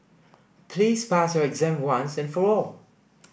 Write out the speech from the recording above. please pass your exam once and for all